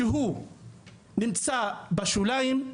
שהוא נמצא בשוליים,